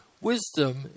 wisdom